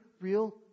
real